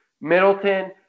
Middleton